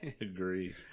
agree